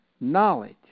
knowledge